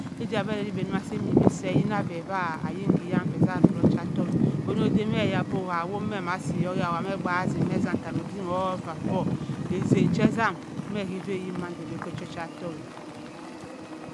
Idda be aroryi iba sa mim be seep yinna be va ayin-ke yan be nna aroryi ocha ottohk ono ba ke eyar bo kwu a, ho me ama si or owohe me akpakasim me ezam ttara odim or va poo ezan che etzam kava abyn mando be oki cha-ochottohk-a.